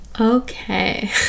okay